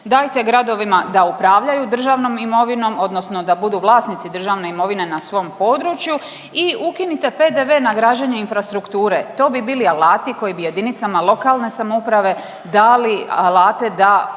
Dajte gradovima da upravljanju državnom imovinom odnosno da budu vlasnici državne imovine na svom području i ukinite PDV na građenje infrastrukture. To bi bili alati koji bi jedinicama lokalne samouprave dali alate da